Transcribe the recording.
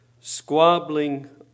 squabbling